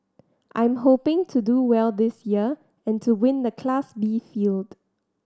I'm hoping to do well this year and to win the Class B field